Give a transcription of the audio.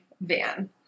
van